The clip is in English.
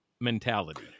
mentality